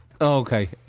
Okay